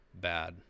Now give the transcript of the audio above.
bad